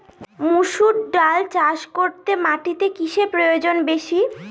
মুসুর ডাল চাষ করতে মাটিতে কিসে প্রয়োজন বেশী?